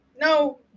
No